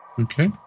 Okay